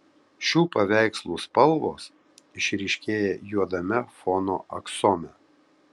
šių paveikslų spalvos išryškėja juodame fono aksome